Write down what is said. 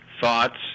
thoughts